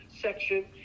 section